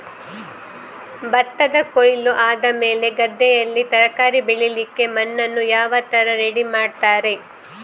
ಭತ್ತದ ಕೊಯ್ಲು ಆದಮೇಲೆ ಗದ್ದೆಯಲ್ಲಿ ತರಕಾರಿ ಬೆಳಿಲಿಕ್ಕೆ ಮಣ್ಣನ್ನು ಯಾವ ತರ ರೆಡಿ ಮಾಡ್ತಾರೆ?